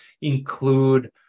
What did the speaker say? include